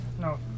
No